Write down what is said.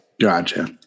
Gotcha